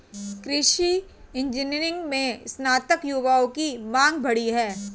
कृषि इंजीनियरिंग में स्नातक युवाओं की मांग बढ़ी है